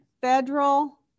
federal